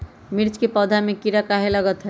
मिर्च के पौधा में किरा कहे लगतहै?